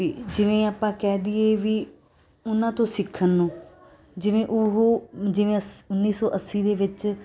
ਅਤੇ ਜਿਵੇਂ ਆਪਾਂ ਕਹਿ ਦਈਏ ਵੀ ਉਹਨਾਂ ਤੋਂ ਸਿੱਖਣ ਨੂੰ ਜਿਵੇਂ ਉਹ ਜਿਵੇਂ ਅਸ ਉੱਨੀ ਸੌ ਅੱਸੀ ਦੇ ਵਿੱਚ